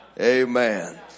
Amen